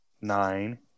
nine